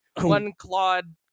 One-clawed